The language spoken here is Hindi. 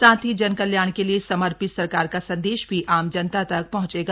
साथ ही जन कल्याण के लिये समर्पित सरकार का सन्देश भी आम जनता तक पहंचेगा